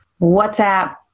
WhatsApp